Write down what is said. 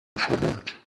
charmant